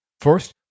First